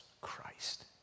Christ